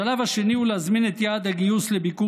השלב השני הוא להזמין את יעד הגיוס לביקור